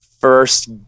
first